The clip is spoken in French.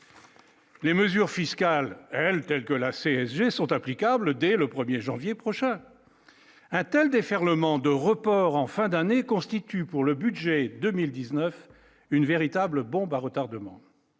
Les mesures fiscales, elles, tels que la CSG sont applicables dès le 1er janvier prochain-t-elle déferlement de report en fin d'année constitue pour le budget 2019, une véritable bombe à retardement